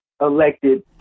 elected